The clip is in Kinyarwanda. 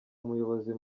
umuyobozi